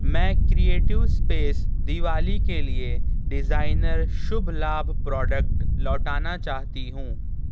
میں creative space Diwali کے لیے ڈزائنر شبھ لابھ پروڈکٹ لوٹانا چاہتی ہوں